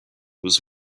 was